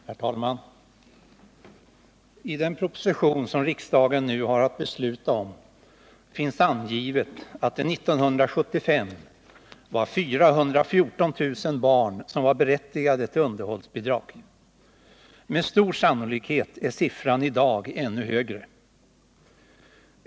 Herr talman! I den proposition som riksdagen nu har att besluta om finns angivet att det 1975 var 414 000 barn som var berättigade till underhållsbidrag. Med stor sannolikhet är siffran i dag ännu högre.